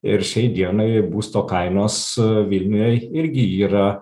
ir šiai dienai būsto kainos vilniuje irgi yra